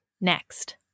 next